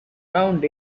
around